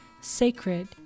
sacred